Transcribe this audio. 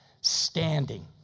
standing